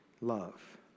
love